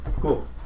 Cool